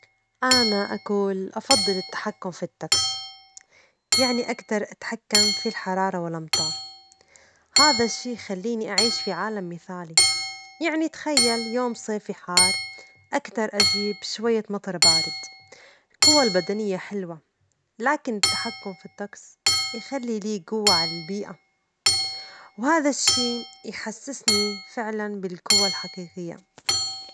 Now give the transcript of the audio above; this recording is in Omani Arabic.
أنا أجول أفضل التحكم في الطجس، يعني أجدر أتحكم في الحرارة والأمطار، هذا الشيء يخليني أعيش في عالم مثالي، يعني تخيل يوم صيفي حار، أجدر أجيب شوية مطر بارد، الجوى البدنية حلوة، لكن التحكم في الطجس يخلي لي جوة على البيئة، وهذا الشيء يحسسني فعلاً بالقوة الحقيقية.